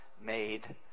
made